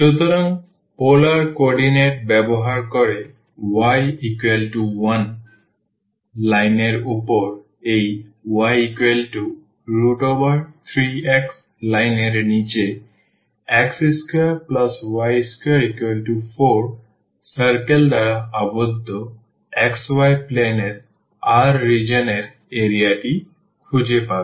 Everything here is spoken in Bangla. সুতরাং পোলার কোঅর্ডিনেট ব্যবহার করে y1 লাইনের উপরে এবং y3x লাইনের নীচে x2y24 circle দ্বারা আবদ্ধ xy plane এর r রিজিওন এর এরিয়াটি খুঁজে পাবে